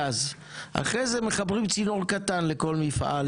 אחרי זה מחברים צינור קטן לכל מפעל,